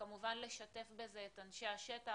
וכמובן לשתף בזה את אנשי השטח.